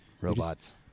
robots